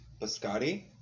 biscotti